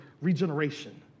regeneration